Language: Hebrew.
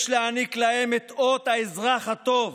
יש להעניק להם את אות האזרח הטוב